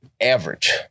average